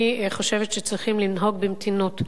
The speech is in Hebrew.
אני חושבת שצריכים לנהוג במתינות,